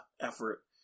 effort